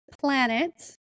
planet